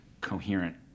coherent